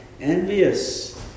envious